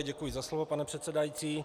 Děkuji za slovo, pane předsedající.